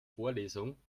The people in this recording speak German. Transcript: vorlesung